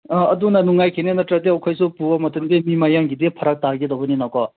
ꯑꯥ ꯑꯗꯨꯅ ꯅꯨꯡꯉꯥꯏꯈꯤꯅꯤ ꯅꯠꯇ꯭ꯔꯗꯤ ꯑꯩꯈꯣꯏꯁꯨ ꯄꯨꯕ ꯃꯇꯝꯗꯤ ꯃꯤ ꯃꯌꯥꯝꯒꯤꯗꯤ ꯐꯔꯛ ꯇꯥꯒꯗꯧꯕꯅꯤꯅꯀꯣ